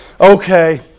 okay